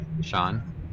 Sean